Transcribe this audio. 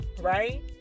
right